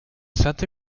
santa